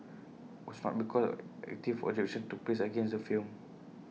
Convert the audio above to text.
was not because active objection took place against the film